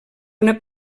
una